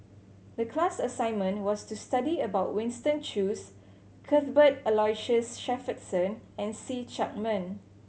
the class assignment was to study about Winston Choos Cuthbert Aloysius Shepherdson and See Chak Mun